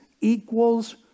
equals